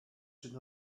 should